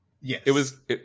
Yes